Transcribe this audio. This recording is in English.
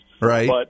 Right